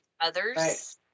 others